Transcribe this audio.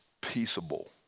peaceable